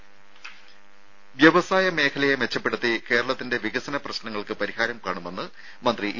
രംഭ വ്യവസായ മേഖലയെ മെച്ചപ്പെടുത്തി കേരളത്തിന്റെ വികസന പ്രശ്നങ്ങൾക്ക് പരിഹാരം കാണുമെന്ന് മന്ത്രി ഇ